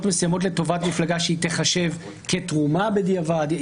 מסוימות לטובת מפלגה שתחשב כתרומה בדיעבד.